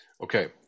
okay